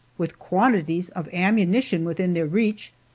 with quantities of ammunition within their reach,